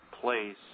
place